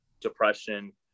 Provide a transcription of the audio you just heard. depression